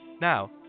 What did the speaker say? Now